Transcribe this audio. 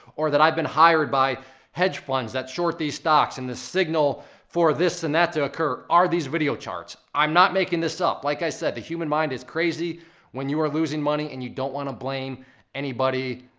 or that i've been hired by hedge funds that short these stocks, and the signal for this and that to occur are these video charts. i'm not making this up. like i said, the human mind is crazy when you are losing money and you don't wanna blame anybody,